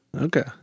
Okay